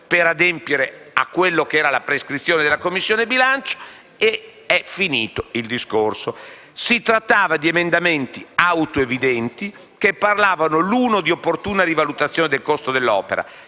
per adempiere alla prescrizione della Commissione bilancio. Il discorso termina qui. Si trattava di emendamenti auto evidenti, che parlavano l'uno di opportuna rivalutazione del costo dell'opera,